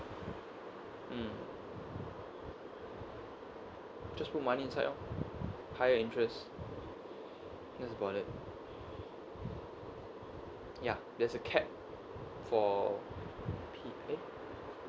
mm just put money inside lor higher interest that's about it ya there's a cap for p~ eh